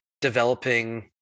developing